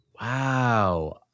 Wow